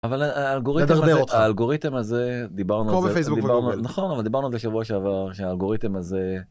אבל האלגוריתם הזה, האלגוריתם הזה, דיברנו נכון אבל דיברנו בשבוע שעבר שהאלגוריתם הזה.